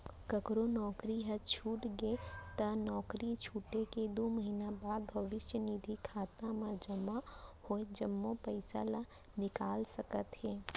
ककरो नउकरी ह छूट गे त नउकरी छूटे के दू महिना बाद भविस्य निधि खाता म जमा होय जम्मो पइसा ल निकाल सकत हे